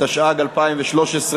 התשע"ג 2013,